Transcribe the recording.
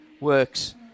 works